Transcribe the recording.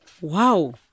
Wow